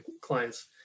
clients